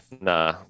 Nah